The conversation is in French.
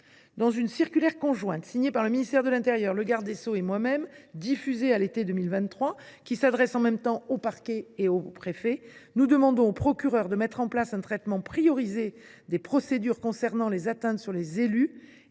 Dans une circulaire conjointe signée par le ministre de l’intérieur, le garde des sceaux et moi même, que nous avons diffusée à l’été 2023 et qui s’adresse simultanément aux parquets et aux préfets, nous demandons aux procureurs de mettre en place un traitement priorisé des procédures liées aux atteintes aux élus